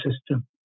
system